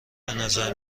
بنظر